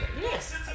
Yes